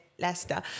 Leicester